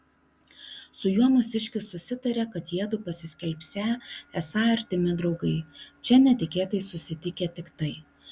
su juo mūsiškis susitarė kad jiedu pasiskelbsią esą artimi draugai čia netikėtai susitikę tiktai